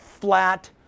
flat